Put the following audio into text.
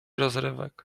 rozrywek